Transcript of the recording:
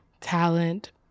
talent